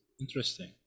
Interesting